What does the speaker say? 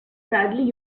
bradley